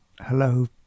Hello